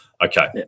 okay